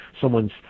someone's